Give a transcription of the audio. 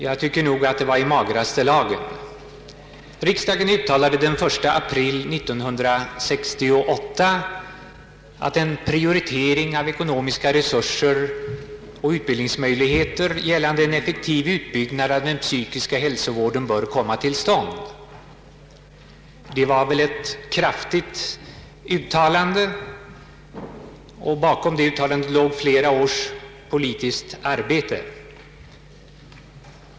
Jag tycker nog att det var i magraste laget. Riksdagen uttalade den 1 april 1968 att en prioritering av ekonomiska resurser och utbildningsmöjligheter gällande en effektiv utbyggnad av den psykiska hälsovården borde komma till stånd. Det var ett kraftigt uttalande, och bakom det låg flera års politiskt arbete.